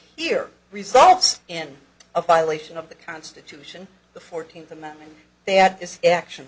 here results in a violation of the constitution the fourteenth amendment that is action